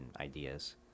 ideas